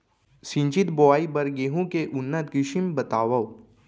सिंचित बोआई बर गेहूँ के उन्नत किसिम बतावव?